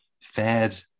fed